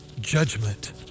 judgment